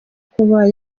kuba